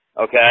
Okay